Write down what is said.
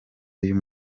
y’uyu